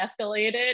escalated